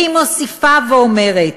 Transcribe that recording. והיא מוסיפה ואומרת: